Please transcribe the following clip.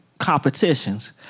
competitions